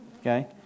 okay